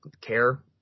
care